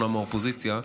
אומנם מהאופוזיציה,